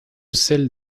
celles